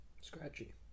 Scratchy